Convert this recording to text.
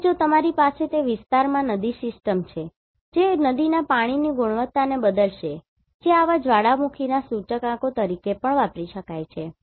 અને જો તમારી પાસે તે વિસ્તારમાં નદી સિસ્ટમ છે જે નદીના પાણીની ગુણવત્તાને બદલશે જે આવા જ્વાળામુખીના સૂચકાંકો તરીકે પણ વાપરી શકાય છે